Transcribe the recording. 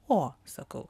o sakau